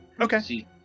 Okay